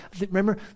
Remember